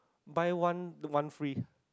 buy one one free